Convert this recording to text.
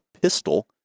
pistol